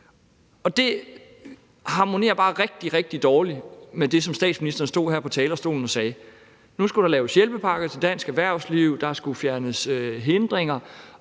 bare rigtig, rigtig dårligt med det, som statsministeren stod her på talerstolen og sagde, nemlig at der nu skulle laves hjælpepakker til dansk erhvervsliv; der skulle fjernes hindringer.